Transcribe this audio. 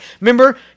remember